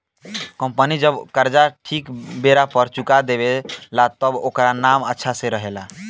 company जब कर्जा ठीक बेरा पर चुका देवे ला तब ओकर नाम अच्छा से रहेला